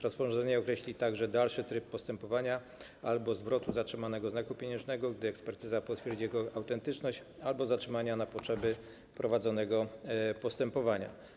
Rozporządzanie określi także dalszy tryb postępowania: albo zwrot zatrzymanego znaku pieniężnego, gdy ekspertyza potwierdzi jego autentyczność, albo zatrzymanie na potrzeby prowadzonego postępowania.